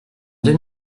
deux